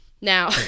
Now